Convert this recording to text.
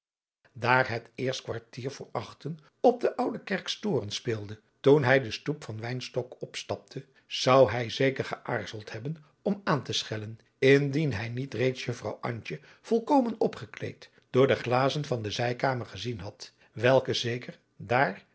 daar het eerst kwartier voor achten op den oudekerks toren speelde toen hij de stoep van wynstok opstapte zou hij zeker geaarzeld hebben om aan te schellen indien hij niet reeds juffrouw antje volkomen opgekleed door de glazen van de zijkamer gezien had welke zeker daar